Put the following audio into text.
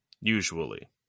usually